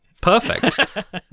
Perfect